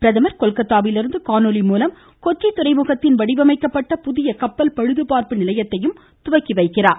பிரதமர் கொல்கத்தாவிலிருந்து காணொலி மூலம் கொச்சி துறைமுகத்தில் வடிவமைக்கப்பட்ட புதிய கப்பல் பழுதுபாா்ப்பு நிலையத்தையும் துவக்கி வைக்கிறாா்